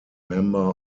member